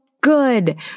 good